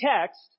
text